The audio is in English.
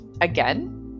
again